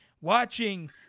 watching